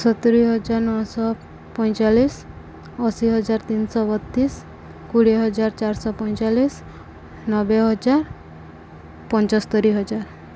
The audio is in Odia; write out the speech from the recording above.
ସତୁୁରୀ ହଜାର ନଅ ଶହ ପଇଁଚାଳିଶି ଅଶୀ ହଜାର ତିନି ଶହ ବତିଶି କୋଡ଼ିଏ ହଜାର ଚାରି ଶହ ପଇଁଚାଳିଶି ନବେ ହଜାର ପଞ୍ଚସ୍ତରୀ ହଜାର